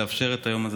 לאפשר את היום הזה.